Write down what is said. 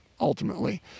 ultimately